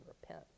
repent